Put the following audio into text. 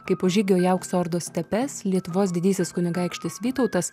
kai po žygio į aukso ordos stepes lietuvos didysis kunigaikštis vytautas